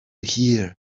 here